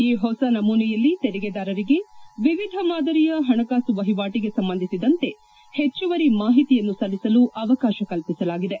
ಈ ಹೊಸ ನಮೂನೆಯಲ್ಲಿ ತೆರಿಗೆದಾರರಿಗೆ ವಿವಿಧ ಮಾದರಿಯ ಹಣಕಾಸು ವಹಿವಾಟಗೆ ಸಂಬಂಧಿಸಿದಂತೆ ಹೆಚ್ಚುವರಿ ಮಾಹಿತಿಯನ್ನು ಸಲ್ಲಿಸಲು ಅವಕಾಶ ಕಲ್ಪಿಸಲಾಗಿದೆ